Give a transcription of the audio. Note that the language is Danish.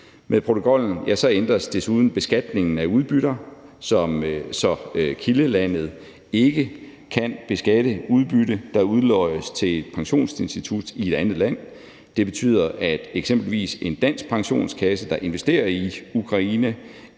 Med protokollen ændres desuden beskatningen af udbytter, så kildelandet ikke kan beskatte et udbytte, der udloddes til et pensionsinstitut i et andet land. Det betyder, at eksempelvis en dansk pensionskasse, der investerer i Ukraine,